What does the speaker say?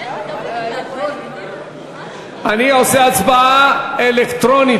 אני עושה הצבעה אלקטרונית.